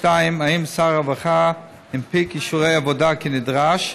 האם שר הרווחה הנפיק אישורי עבודה כנדרש?